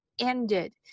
ended